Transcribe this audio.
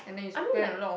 I mean like